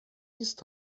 نیست